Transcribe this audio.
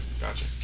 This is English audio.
Gotcha